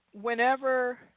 whenever